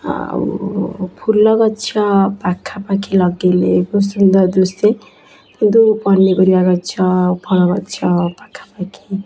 ଆଉ ଫୁଲଗଛ ପାଖାପାଖି ଲଗେଇଲେ ବହୁତ ସୁନ୍ଦର ଦିଶେ କିନ୍ତୁ ପନିପରିବା ଗଛ ଫଳଗଛ ପାଖାପାଖି